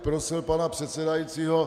Prosil bych pana předsedajícího...